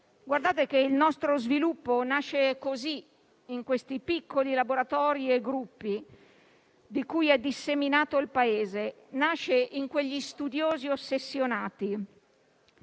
Guardate che il nostro sviluppo nasce così, in questi piccoli laboratori e gruppi di cui è disseminato il Paese, nasce in quegli studiosi ossessionati.